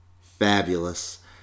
fabulous